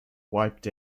wiped